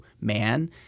man